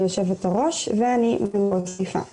יושבת הראש ואני נציגת מחוז חיפה.